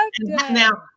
Now